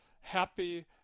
happy